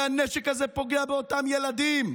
הרי הנשק הזה פוגע באותם ילדים.